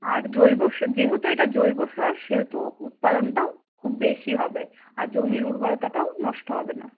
আর জৈব যেহেতু এটা জৈব সার সেহেতু উৎপাদনটাও খুব বেশি হবে আর জমির উর্বরতাটাও নষ্ট হবে না